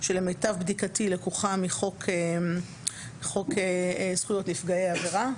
שלמיטב בדיקתי לקוחה מחוק זכויות נפגעי עבירה.